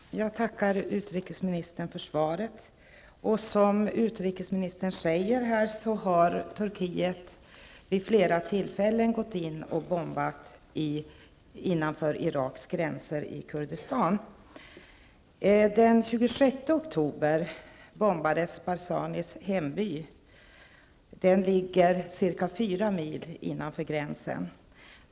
Herr talman! Jag tackar utrikesministern för svaret. Som utrikesministern säger har Turkiet vid flera tillfällen gått in och bombat innanför Iraks gränser i Kurdistan. Den 26 oktober bombades Barzanis hemby. Den ligger ca 4 mil innanför gränsen.